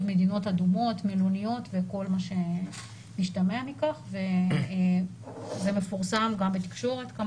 זה כמובן גם מפורסם בתקשורת.